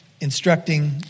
instructing